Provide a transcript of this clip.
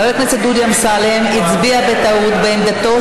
חבר הכנסת דודי אמסלם הצביע בטעות בעמדתו